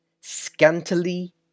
Scantily